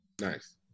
Nice